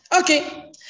Okay